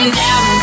down